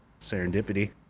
serendipity